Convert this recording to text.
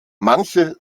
manche